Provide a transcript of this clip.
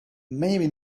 maybe